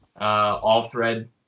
all-thread